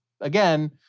again